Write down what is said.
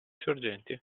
sorgenti